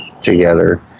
together